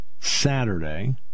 Saturday